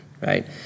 right